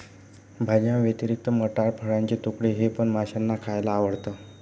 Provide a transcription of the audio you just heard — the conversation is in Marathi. भाज्यांव्यतिरिक्त मटार, फळाचे तुकडे हे पण माशांना खायला आवडतं